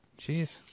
Jeez